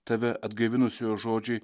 tave atgaivinusiojo žodžiai